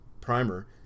Primer